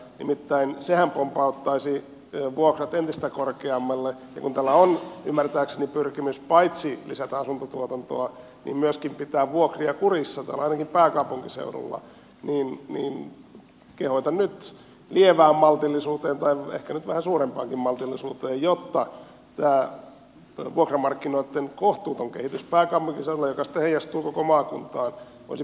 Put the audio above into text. nimittäin sehän pompauttaisi vuokrat entistä korkeammalle ja kun tällä on ymmärtääkseni pyrkimys paitsi lisätä asuntotuotantoa myöskin pitää vuokria kurissa ainakin pääkaupunkiseudulla niin kehotan nyt lievään maltillisuuteen tai ehkä nyt vähän suurempaankin maltillisuuteen jotta tämä vuokramarkkinoitten kohtuuton kehitys pääkaupunkiseudulla joka sitten heijastuu koko maakuntaan voisi pysähtyä